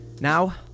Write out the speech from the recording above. Now